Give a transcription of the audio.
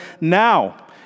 now